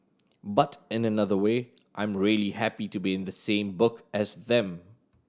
but in another way I'm really happy to be in the same book as them